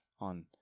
on